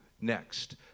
next